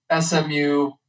SMU